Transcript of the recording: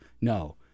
No